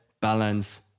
balance